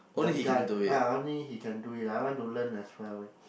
that guy ah only he can do it I want to learn as well leh